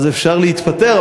אז אפשר להתפטר.